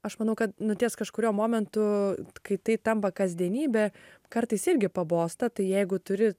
aš manau kad nu ties kažkuriuo momentu kai tai tampa kasdienybe kartais irgi pabosta tai jeigu turi